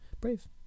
Brave